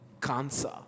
cancer